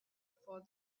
before